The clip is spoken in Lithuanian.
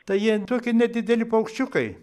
tai jien tokie nedideli paukščiukai